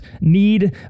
need